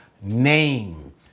name